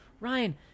Ryan